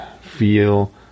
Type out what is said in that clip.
feel